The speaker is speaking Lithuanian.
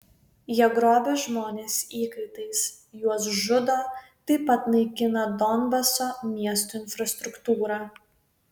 jie grobia žmones įkaitais juos žudo taip pat naikina donbaso miestų infrastruktūrą